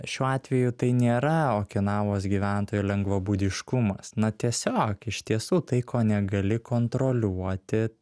šiuo atveju tai nėra okinavos gyventojų lengvabūdiškumas na tiesiog iš tiesų tai ko negali kontroliuoti